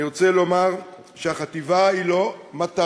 אני רוצה לומר שהחטיבה היא לא מטרה,